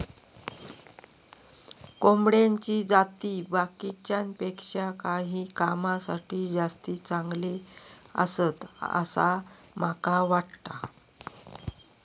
कोंबड्याची जाती बाकीच्यांपेक्षा काही कामांसाठी जास्ती चांगले आसत, असा माका वाटता